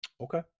Okay